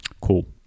cool